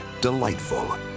delightful